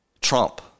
Trump